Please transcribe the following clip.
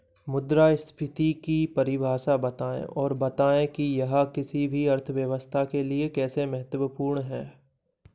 मुद्रास्फीति की परिभाषा बताएँ और बताएँ कि यह किसी भी अर्थव्यवस्था के लिए कैसे महत्वपूर्ण है